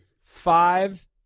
five